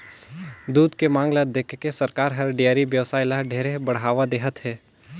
दूद के मांग ल देखके सरकार हर डेयरी बेवसाय ल ढेरे बढ़ावा देहत हे